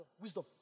Wisdom